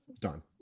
done